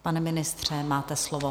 Pane ministře, máte slovo.